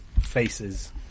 faces